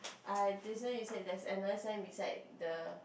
err this one you said theres another sign beside the